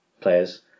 players